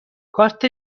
کارت